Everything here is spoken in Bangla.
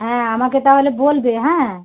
হ্যাঁ আমাকে তাহলে বলবে হ্যাঁ